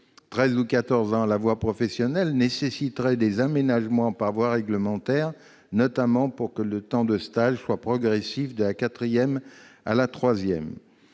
13 ou 14 ans, à la voie professionnelle nécessiterait des aménagements par voie réglementaire, notamment pour que le temps de stage soit progressif de la quatrième à la troisième.